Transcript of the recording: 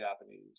Japanese